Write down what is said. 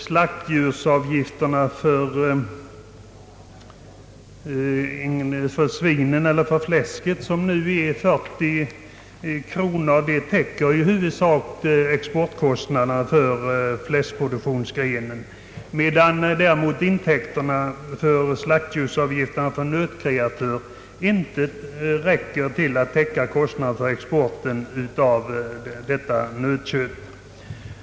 Slaktdjursavgiften för svin, som nu är 40 kronor per djur, täcker i huvudsak exportkostnaderna för fläskproduktionsgrenen. Däremot räcker slaktdjursavgifterna inte till för att täcka kostnaden för exporten av nötkött.